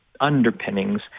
underpinnings